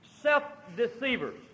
self-deceivers